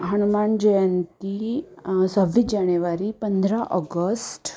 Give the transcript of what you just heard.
हनुमान जयंती सव्वीस जानेवारी पंधरा ऑगस्ट